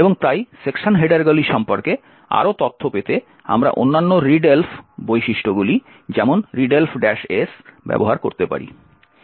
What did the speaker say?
এবং তাই সেকশন হেডারগুলি সম্পর্কে আরও তথ্য পেতে আমরা অন্যান্য readelf বৈশিষ্ট্যগুলি যেমন readelf S ব্যবহার করতে পারি